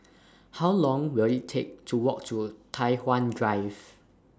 How Long Will IT Take to Walk to Tai Hwan Drive